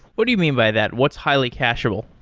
what do you mean by that? what's highly cacheable?